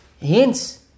Hence